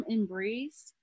Embrace